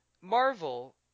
Marvel